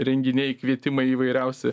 renginiai kvietimai įvairiausi